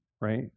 right